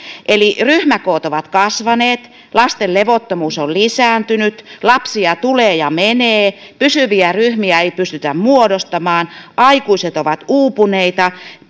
ryhmäkoot ovat kasvaneet lasten levottomuus on lisääntynyt lapsia tulee ja menee pysyviä ryhmiä ei pystytä muodostamaan aikuiset ovat uupuneita